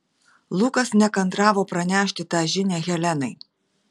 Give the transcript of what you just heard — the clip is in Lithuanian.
lukas nekantravo pranešti tą žinią helenai